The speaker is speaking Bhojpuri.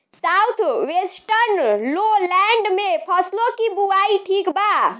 साउथ वेस्टर्न लोलैंड में फसलों की बुवाई ठीक बा?